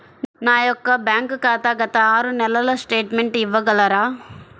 నా యొక్క బ్యాంక్ ఖాతా గత ఆరు నెలల స్టేట్మెంట్ ఇవ్వగలరా?